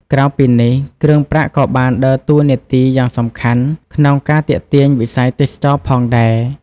ក្រៅពីនេះ គ្រឿងប្រាក់ក៏បានដើរតួនាទីយ៉ាងសំខាន់ក្នុង ការទាក់ទាញវិស័យទេសចរណ៍ដែរ។